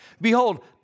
Behold